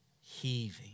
Heaving